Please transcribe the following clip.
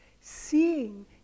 seeing